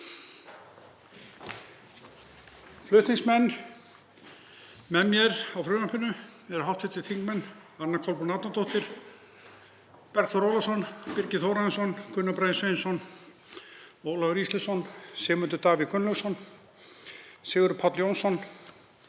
Flutningsmenn með mér á frumvarpinu eru hv. þingmenn Anna Kolbrún Árnadóttir, Bergþór Ólason, Birgir Þórarinsson, Gunnar Bragi Sveinsson, Ólafur Ísleifsson, Sigmundur Davíð Gunnlaugsson, Sigurður Páll Jónsson,